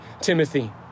Timothy